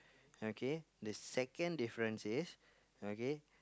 okay the second difference is okay